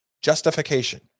Justification